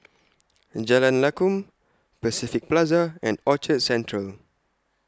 Jalan Lakum Pacific Plaza and Orchard Central